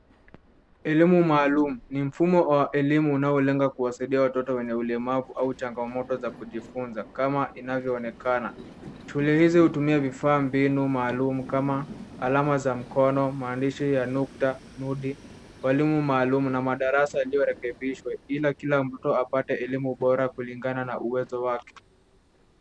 Elimu maalum ni mfumo wa elimu unaolenga kuwasaidia watoto wenye ulemavu au changamoto za kujifunza kama inavyoonekana. Shule hizi hutumia vifaa mbinu maalum kama alama za mkono, maandishi ya nukta nudi, walimu maalum na madarasa yaliyorekebishwa ila kila mtoto apate elimu bora kulingana na uwezo wake.